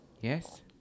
Yes